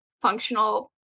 functional